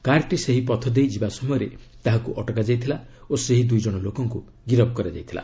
କାର୍ଟି ସେହି ପଥ ଦେଇ ଯିବା ସମୟରେ ତାହାକୁ ଅଟକା ଯାଇଥିଲା ଓ ସେହି ଦୁଇ ଜଣ ଲୋକଙ୍କୁ ଗିରଫ୍ କରାଯାଇଥିଲା